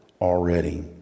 already